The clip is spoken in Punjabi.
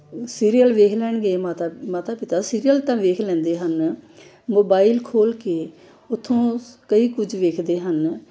ਸੀਰੀਅਲ ਵੇਖ ਲੈਣਗੇ ਮਾਤਾ ਮਾਤਾ ਪਿਤਾ ਸੀਰੀਅਲ ਤਾਂ ਵੇਖ ਲੈਂਦੇ ਹਨ ਮੋਬਾਈਲ ਖੋਲ੍ਹ ਕੇ ਉੱਥੋਂ ਕਈ ਕੁਝ ਵੇਖਦੇ ਹਨ